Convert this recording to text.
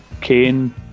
Kane